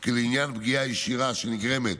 כי לעניין פגיעה ישירה שנגרמת